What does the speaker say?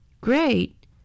Great